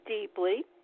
deeply